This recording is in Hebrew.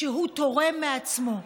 כשהוא תורם מעצמו,